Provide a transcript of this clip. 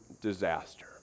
disaster